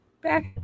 back